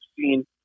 seen